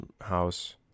house